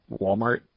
Walmart